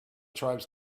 tribes